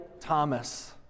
Thomas